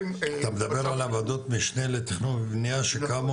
אתה מדבר על הוועדות משנה לתכנון בנייה שקמו